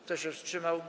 Kto się wstrzymał?